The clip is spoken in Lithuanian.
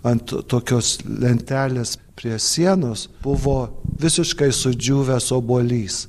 ant tokios lentelės prie sienos buvo visiškai sudžiūvęs obuolys